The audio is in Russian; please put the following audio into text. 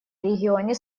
регионе